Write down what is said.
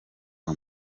kwa